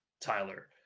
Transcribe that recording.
Tyler